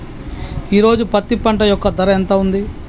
ఈ రోజు పత్తి పంట యొక్క ధర ఎంత ఉంది?